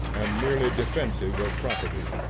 and merely defensive of property.